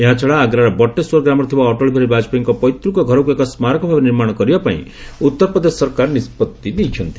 ଏହାଛଡ଼ା ଆଗ୍ରାର ବଟେଶ୍ୱର ଗ୍ରାମରେ ଥିବା ଅଟଳ ବିହାରୀ ବାଜପେୟୀଙ୍କ ପୈତୃକ ଘରକୁ ଏକ ସ୍ମାରକ ଭାବେ ନିର୍ମାଣ କରିବା ପାଇଁ ଉତ୍ତରପ୍ରଦେଶ ସରକାର ନିଷ୍ପତ୍ତି ନେଇଛନ୍ତି